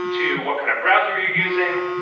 to what kind of browser you're using,